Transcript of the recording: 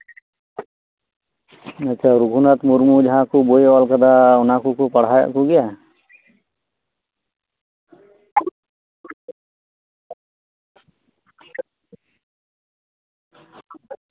ᱟᱪᱪᱷᱟ ᱨᱚᱜᱷᱩᱱᱟᱛᱷ ᱢᱩᱨᱢᱩ ᱡᱟᱦᱟᱸ ᱠᱚ ᱵᱳᱭᱮᱭ ᱚᱞ ᱟᱠᱟᱫᱟ ᱚᱱᱟ ᱠᱚᱠᱚ ᱯᱟᱲᱦᱟᱣᱮᱫ ᱠᱚᱜᱮᱭᱟ